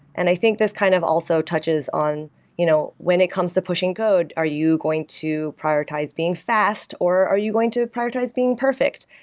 and i think this kind of also touches on you know when it comes to pushing code, are you going to prioritize being fast, or are you going to prioritize being perfect?